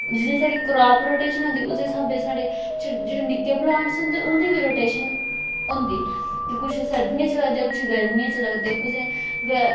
जियां साढ़ी crop rotation होंदी उस्सै स्हाबै साढ़े जेहडे़ साढ़े निक्के पलांटस होंदे उंदी बी रोटेशन होंदी कि कुछ सर्दियें च लगदे ते कुछ गर्मियै च लगदे कुसै